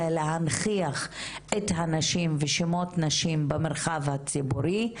ולהנכיח את הנשים ושמות נשים במרחב הציבורי,